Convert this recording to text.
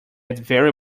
very